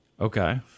Okay